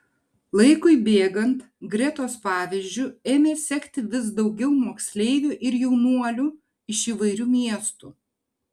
laikui bėgant gretos pavyzdžiu ėmė sekti vis daugiau moksleivių ir jaunuolių iš įvairių miestų